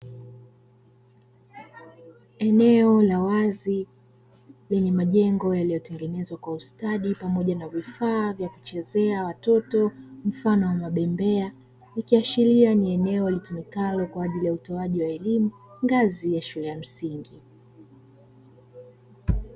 Eneo la wazi lenye majengo yaliyotengenezwa kwa ustadi pamoja na vifaa vya kuchezea watoto, mfano wa bembea ikiashiria ni eneo litumikalo kwa ajili ya utoaji wa elimu ngazi ya shule ya msingi.